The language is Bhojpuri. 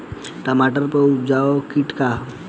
टमाटर पर उजला किट का है?